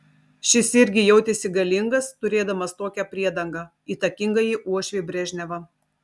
šis irgi jautėsi galingas turėdamas tokią priedangą įtakingąjį uošvį brežnevą